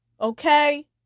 okay